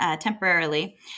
temporarily